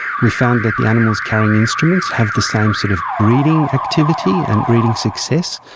we found that the animals carrying instruments have the same sort of breeding activity and breeding success.